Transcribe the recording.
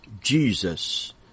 Jesus